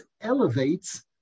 elevates